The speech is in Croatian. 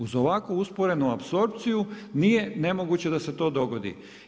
Uz ovakvu usporednu apsorpciju, nije nemoguće da se to dogodi.